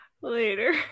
later